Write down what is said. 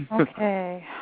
Okay